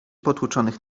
potłuczonych